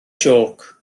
jôc